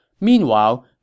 Meanwhile